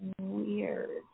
Weird